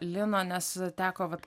lino nes teko vat